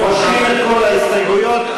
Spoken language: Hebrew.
מושכים את כל ההסתייגויות.